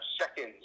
seconds